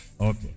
Okay